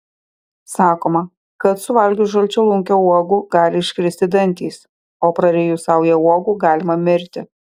sakoma kad suvalgius žalčialunkio uogų gali iškristi dantys o prarijus saują uogų galima mirti